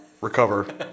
recover